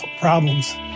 problems